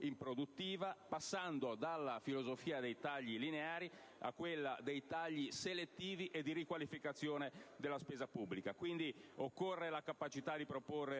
improduttiva, passando dalla filosofia dei tagli lineari a quella dei tagli selettivi e della riqualificazione della spesa pubblica. Quindi, occorrono